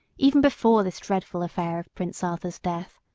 even before this dreadful affair of prince arthur's death.